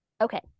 Okay